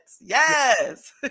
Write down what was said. Yes